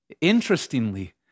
Interestingly